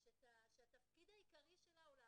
שוב,